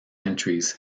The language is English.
entries